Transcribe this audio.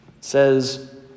says